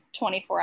24